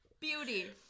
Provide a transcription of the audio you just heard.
Beauty